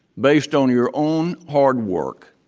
based on your own hard work,